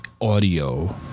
audio